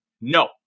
no